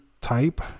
type